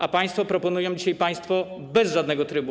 A państwo proponują dzisiaj państwo bez żadnego trybu.